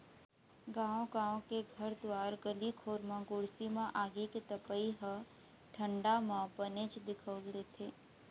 गाँव गाँव के घर दुवार गली खोर म गोरसी म आगी के तपई ह ठंडा म बनेच दिखउल देथे